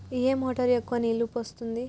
ఏ motor ఎక్కువ నీళ్లు పోస్తుంది?